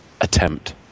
attempt